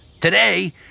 Today